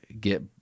get